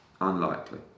Unlikely